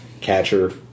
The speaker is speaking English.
Catcher